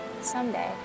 Someday